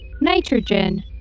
nitrogen